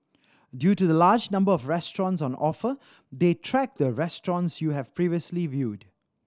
due to the large number of restaurants on offer they track the restaurants you have previously viewed